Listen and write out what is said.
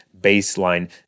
baseline